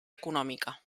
econòmica